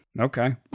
Okay